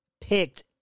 picked